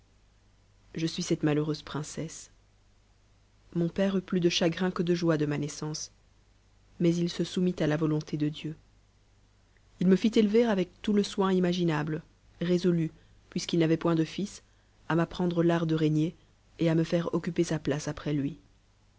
je suis cette malheureuse princesse mon père eut plus de chagrin que de joie de ma naissance mais il se soumit à la volonté de dieu ii me nt t élever avec tout le soin imaginable résolu puisqu'il n'avait point de fils à m'apprendre l'art de régner et à me faire occuper sa place après lui